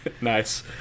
Nice